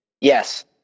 yes